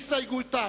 מדבר בשמכם?